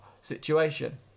situation